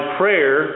prayer